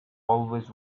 always